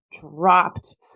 dropped